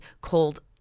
called